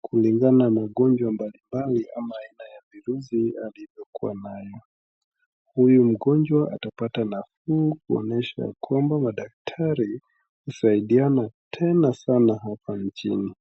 kulingana na ugonjwa mbalimbali ama aina ya virusi alivyokuwa nayo. Huyu mgonjwa atapata nafuu kuonyesha ya kwamba madaktari husaidiana tena sana hapa nchini.